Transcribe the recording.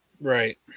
right